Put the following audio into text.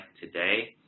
today